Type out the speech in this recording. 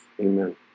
Amen